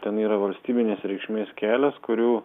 ten yra valstybinės reikšmės kelias kurių